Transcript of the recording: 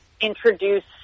introduce